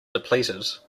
depleted